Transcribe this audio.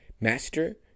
Master